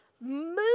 Move